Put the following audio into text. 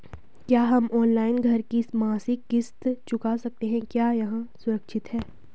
क्या हम ऑनलाइन घर की मासिक किश्त चुका सकते हैं क्या यह सुरक्षित है?